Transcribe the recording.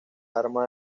arma